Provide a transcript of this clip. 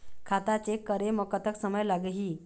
खाता चेक करे म कतक समय लगही?